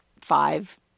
five